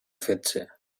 fetge